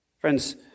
Friends